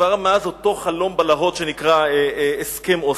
כבר מאז אותו חלום בלהות שנקרא הסכם אוסלו.